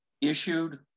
issued